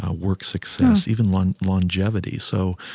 ah work success, even like longevity. so,